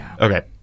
Okay